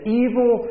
evil